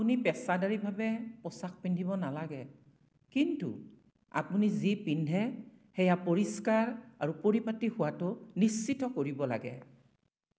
আপুনি পেচাদাৰীভাৱে পোচাক পিন্ধিব নালাগে কিন্তু আপুনি যি পিন্ধে সেয়া পৰিষ্কাৰ আৰু পৰিপাটি হোৱাটো নিশ্চিত কৰিব লাগে